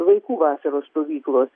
vaikų vasaros stovyklos